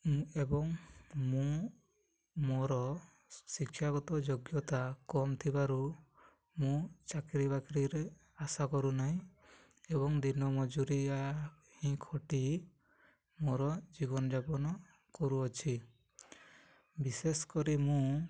ଏବଂ ମୁଁ ମୋର ଶିକ୍ଷାଗତ ଯୋଗ୍ୟତା କମ୍ ଥିବାରୁ ମୁଁ ଚାକିରି ବାକିରିରେ ଆଶା କରୁନାହିଁ ଏବଂ ଦିନ ମଜୁରିଆ ହିଁ ଖଟି ମୋର ଜୀବନଯାପନ କରୁଅଛି ବିଶେଷ କରି ମୁଁ